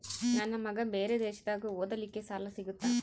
ನನ್ನ ಮಗ ಬೇರೆ ದೇಶದಾಗ ಓದಲಿಕ್ಕೆ ಸಾಲ ಸಿಗುತ್ತಾ?